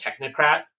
technocrat